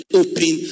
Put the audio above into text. open